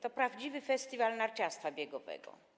To prawdziwy festiwal narciarstwa biegowego.